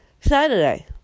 Saturday